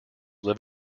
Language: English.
live